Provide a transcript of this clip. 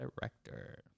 director